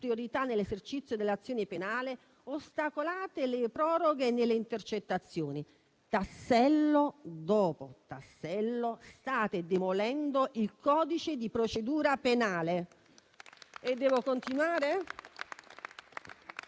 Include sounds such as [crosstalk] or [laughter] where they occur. nell'esercizio dell'azione penale; ostacolate le proroghe nelle intercettazioni. Tassello dopo tassello state demolendo il codice di procedura penale? [applause]